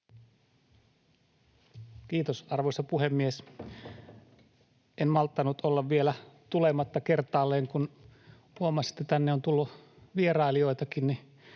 Kiitos, arvoisa puhemies! En malttanut olla vielä tulematta kertaalleen, kun huomasin, että tänne on tullut vierailijoitakin.